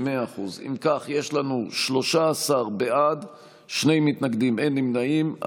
אם כך, 13 בעד, שני מתנגדים, אין נמנעים.